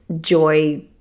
joy